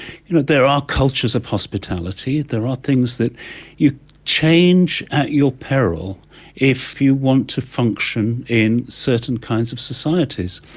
you know there are cultures of hospitality, there are things that you change at your peril if you want to function in certain kinds of societies.